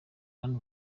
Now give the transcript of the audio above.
hano